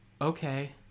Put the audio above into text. Okay